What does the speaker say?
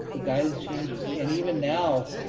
the guidance changes. and, even now,